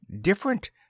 different